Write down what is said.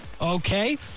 Okay